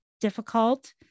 difficult